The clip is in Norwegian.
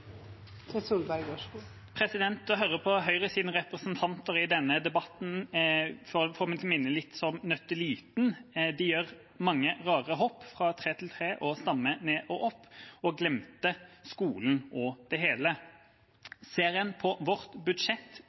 Tvedt Solberg har hatt ordet to ganger tidligere og får ordet til en kort merknad, begrenset til 1 minutt. Å høre på Høyres representanter i denne debatten minner meg litt om Nøtteliten. De gjør «mange rare hopp ifra tre til tre og stamme ned og opp», og «glemmer skolen og det hele». Ser en på vårt budsjett,